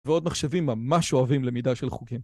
ועוד מחשבים ממש אוהבים למידה של חוקים